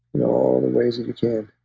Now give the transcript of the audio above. in all the ways that you can.